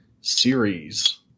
series